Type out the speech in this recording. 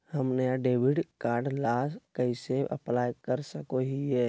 हम नया debit card ला कइसे अप्लाई कर सको हियै?